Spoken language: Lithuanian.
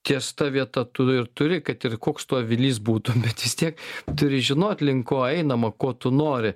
ties ta vieta tu ir turi kad ir koks tu avilys būtum bet vis tiek turi žinot link ko einama ko tu nori